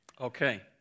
Okay